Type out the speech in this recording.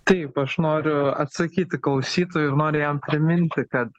taip aš noriu atsakyti klausytojui ir noriu jam priminti kad